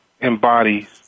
embody